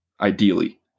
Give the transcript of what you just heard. ideally